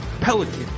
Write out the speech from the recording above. Pelican